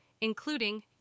including